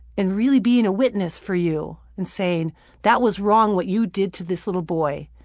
and really being a witness for you, and saying that was wrong, what you did to this little boy.